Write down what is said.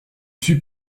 suis